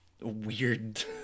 weird